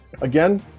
Again